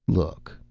look,